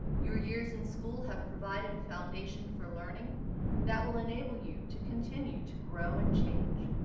your years in school have provided a foundation for learning that will enable you to continue to grow and change.